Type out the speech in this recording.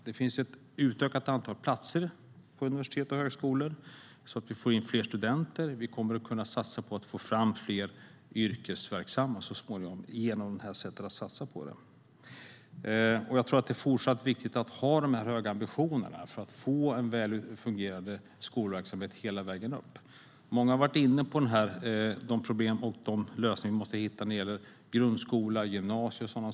Det finns ett utökat antal platser på universitet och högskolor, så att vi får in fler studenter. Vi kommer att kunna satsa på att få fram fler yrkesverksamma så småningom genom detta sätt att satsa på det. Jag tror att det är viktigt att i fortsättningen ha dessa höga ambitioner för att få en väl fungerande skolverksamhet hela vägen. Många har varit inne på problemen och de lösningar som vi måste hitta när det gäller grundskola, gymnasium och så vidare.